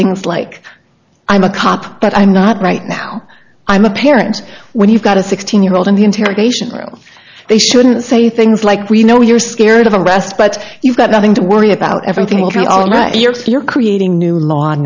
things like i'm a cop but i'm not right now i'm a parent when you've got a sixteen year old in the interrogation room they shouldn't say things like we know you're scared of arrest but you've got nothing to worry about everything will be all right you're so you're creating new law